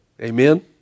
Amen